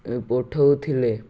ପଠଉଥିଲେ